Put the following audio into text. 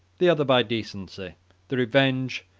the other by decency the revenge,